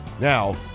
Now